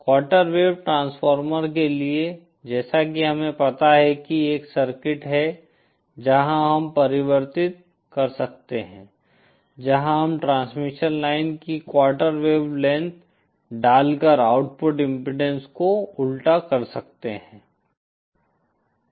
quarter wave transformer के लिए जैसा कि हमें पता है कि एक सर्किट है जहां हम परिवर्तित कर सकते हैं जहां हम ट्रांसमिशन लाइन की क्वार्टर वेव लेंथ डालकर आउटपुट इम्पीडेन्स को उल्टा कर सकते हैं